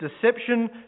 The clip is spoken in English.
deception